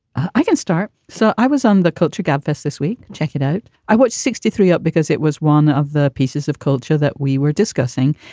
i can start. so i was on the culture gabfest this week. check it out. i watched sixty-three up because it was one of the pieces of culture that we were discussing.